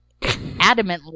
adamantly